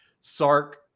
Sark